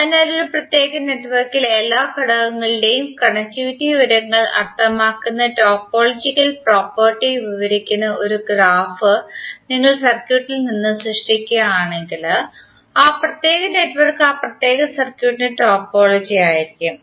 അതിനാൽ ഒരു പ്രത്യേക നെറ്റ്വർക്കിലെ എല്ലാ ഘടകങ്ങളുടെയും കണക്റ്റിവിറ്റി വിവരങ്ങൾ അർത്ഥമാക്കുന്ന ടോപ്പോളജിക്കൽ പ്രോപ്പർട്ടി വിവരിക്കുന്ന ഒരു ഗ്രാഫ് നിങ്ങൾ സർക്യൂട്ടിൽ നിന്ന് സൃഷ്ടിക്കുകയാണെങ്കിൽ ആ പ്രത്യേക നെറ്റ്വർക്ക് ആ പ്രത്യേക സർക്യൂട്ടിന്റെ ടോപ്പോളജി ആയിരിക്കും